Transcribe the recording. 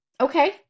okay